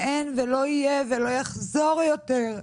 אין ולא יהיה ולא יחזור יותר.